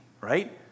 right